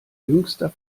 jüngster